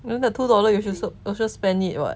then two dollar you should also spend it [what]